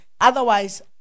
Otherwise